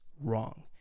Wrong